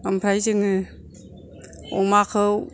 ओमफ्राय जोङो अमाखौ